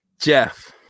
Jeff